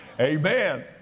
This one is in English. Amen